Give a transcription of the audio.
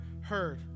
heard